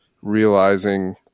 realizing